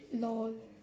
lol